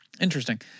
Interesting